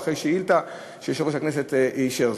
ואחרי שאילתה שיושב-ראש הכנסת אישר.